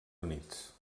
units